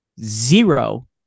zero